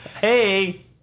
Hey